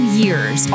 years